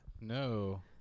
No